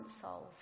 solve